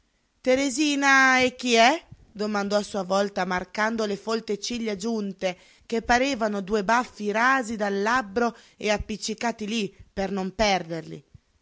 a contrappeso teresina e chi è domandò a sua volta marcando le folte ciglia giunte che parevano due baffi rasi dal labbro e appiccicati lí per non perderli